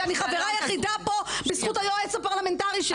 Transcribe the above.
אני החברה היחידה פה בזכות העוזר הפרלמנטרי שלי,